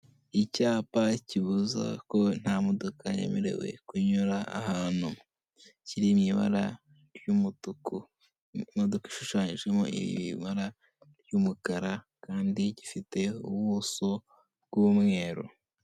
Icyapa kibuza ko nta modoka yemerewe kunyura ahantu; kiri mu ibara ry'umutuku; imodoka ishushanyijemo ibara ry'umukara kandi gifite ubuso bw'umweru.